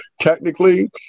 technically